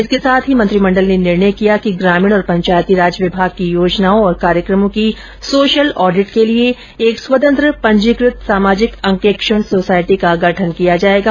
इसके साथ ही मंत्रिमंडल ने निर्णय किया कि ग्रामीण और पंचायतीराज विभाग की योजनाओं और कार्यक्रमों की सोशल ऑडिट के लिए एक स्वतंत्र पंजीकृत सामाजिक अंकेक्षण सोसायटी का गठन किया जाएगा